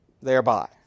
thereby